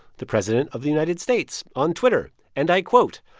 the president of the united states on twitter, and quote,